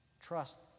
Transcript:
Trust